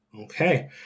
Okay